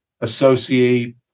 associate